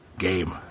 Game